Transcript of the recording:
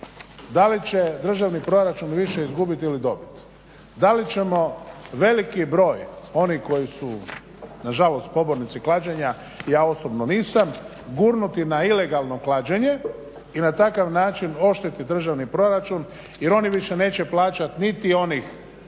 da li će državni proračun više izgubiti ili dobiti. Da li ćemo veliki broj onih koji su nažalost pobornici klađenja, ja osobno nisam, gurnuti na ilegalno klađenje i na takav način oštetiti državni proračun jer oni više neće plaćati niti onih